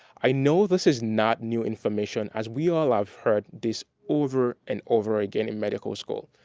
i know this is not new information as we all have heard this over and over again in medical school,